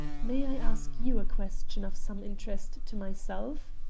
may i ask you a question of some interest to myself?